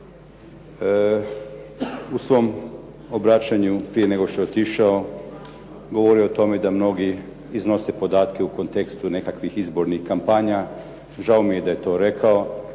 U svom obraćanju prije nego što je otišao, govorio je o tome da mnogi iznose podatke u kontekstu nekakvih izbornih kampanja. Žao mi je da je to rekao,